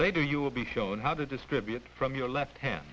later you will be shown how to distribute from your left h